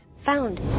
Found